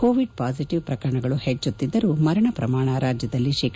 Covid positive ಪ್ರಕಣಗಳು ಪೆಚ್ಚುತ್ತಿದ್ದರೂ ಮರಣ ಪ್ರಮಾಣ ರಾಜ್ಯದಲ್ಲಿ ಶೇ